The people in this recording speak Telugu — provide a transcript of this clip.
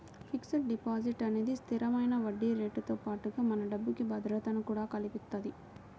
ఫిక్స్డ్ డిపాజిట్ అనేది స్థిరమైన వడ్డీరేటుతో పాటుగా మన డబ్బుకి భద్రతను కూడా కల్పిత్తది